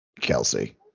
Kelsey